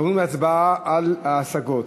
אנחנו עוברים להצבעה על ההשגות.